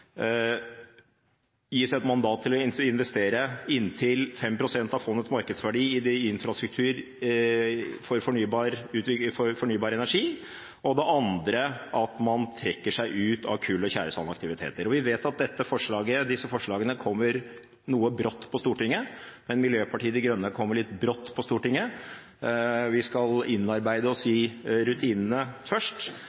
gis et mandat til å investere inntil 5 pst. av fondets markedsverdi i infrastruktur for fornybar energi. Det andre forslaget er at man trekker seg ut av kull- og tjæresandaktiviteter. Vi vet at disse forslagene kommer noe brått på Stortinget, men Miljøpartiet De Grønne kom vel også litt brått på Stortinget. Vi skal innarbeide oss